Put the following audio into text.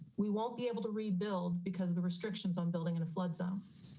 we won't be able to rebuild because of the restrictions on building in a flood zone.